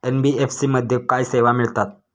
NBFC मध्ये काय सेवा मिळतात?